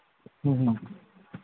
ꯎꯝ ꯎꯝ